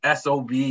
SOB